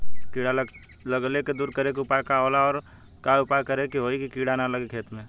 कीड़ा लगले के दूर करे के उपाय का होला और और का उपाय करें कि होयी की कीड़ा न लगे खेत मे?